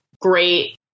great